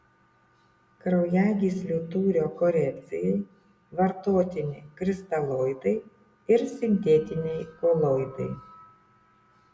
kraujagyslių tūrio korekcijai vartotini kristaloidai ir sintetiniai koloidai